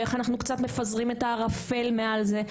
ואיך אנחנו קצת מפזרים את הערפל מעל זה,